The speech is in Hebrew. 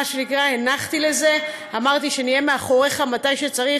הנחתי לזה, אמרתי שנהיה מאחוריך כשצריך.